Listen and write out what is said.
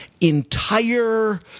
entire